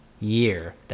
year